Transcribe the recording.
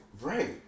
Right